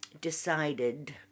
decided